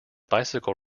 bicycle